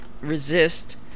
resist